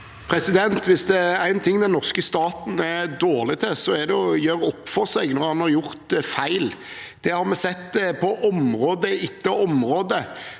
Hvis det er én ting den norske staten er dårlig til, er det å gjøre opp for seg når man har gjort feil. Det har vi sett på område etter område.